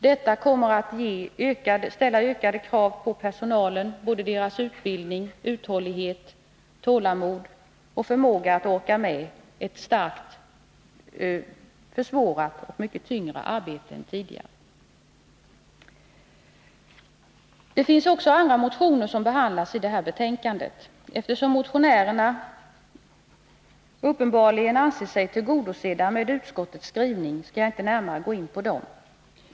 Detta kommer att ställa ökade krav på personalen, på dess utbildning, uthållighet, tålamod och förmåga att orka med ett kraftigt försvårat och mycket tyngre arbete än tidigare. Det är också andra motioner som behandlas i detta betänkande. Eftersom motionärerna uppenbarligen anser sig tillgodosedda med utskottets skrivning skall jag inte närmare gå in på dessa motioner.